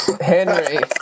Henry